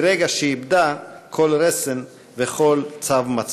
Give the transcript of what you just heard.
מרגע שאיבדה כל רסן וכל צו מצפון.